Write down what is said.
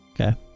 Okay